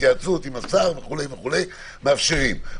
התייעצות עם השר וכו' מאפשרים.